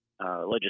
legislation